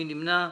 מי נמנע?